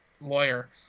Lawyer